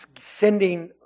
sending